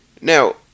Now